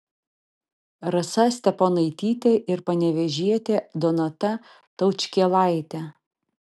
rasa steponaitytė ir panevėžietė donata taučkėlaitė